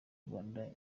rwanda